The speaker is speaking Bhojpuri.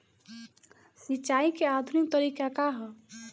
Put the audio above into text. सिंचाई क आधुनिक तरीका का ह?